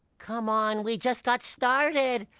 come on! we just got started!